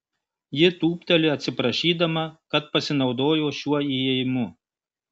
ji tūpteli atsiprašydama kad pasinaudojo šiuo įėjimu